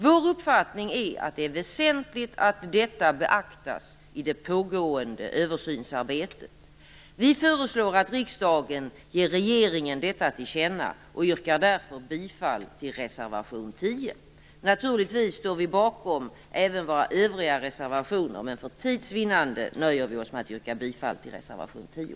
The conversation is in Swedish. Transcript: Vår uppfattning är att det är väsentligt att detta beaktas i det pågående översynsarbetet. Vi föreslår att riksdagen ger regeringen detta till känna och yrkar därför bifall till reservation 10. Naturligtvis står vi bakom även våra övriga reservationer, men för tids vinnande nöjer vi oss med att yrka bifall till reservation 10.